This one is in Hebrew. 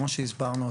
כמו שהסברנו,